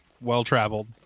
well-traveled